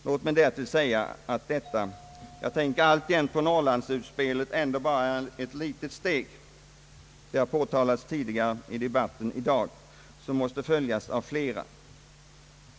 Låt mig därtill säga att detta — jag tänker alltjämt på Norrlandsutspelet ändå bara är ett litet steg, som måste följas av flera.